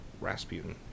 Rasputin